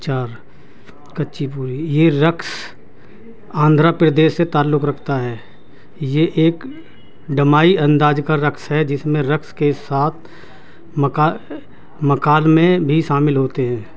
چار کچی پڑی یہ رقص آندھرا پردیش سے تعلق رکھتا ہے یہ ایک ڈرامائی انداز کا رقص ہے جس میں رقص کے ساتھ مکا مکالمے بھی شامل ہوتے ہیں